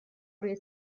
روی